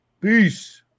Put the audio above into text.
Peace